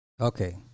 Okay